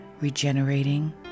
regenerating